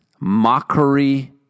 mockery